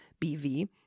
BV